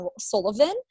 Sullivan